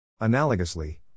Analogously